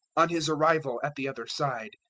on his arrival at the other side,